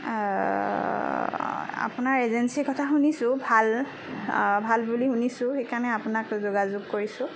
আপোনাৰ এজেঞ্চীৰ কথা শুনিছোঁ ভাল ভাল বুলি শুনিছোঁ সেইকাৰণে আপোনাক যোগাযোগ কৰিছোঁ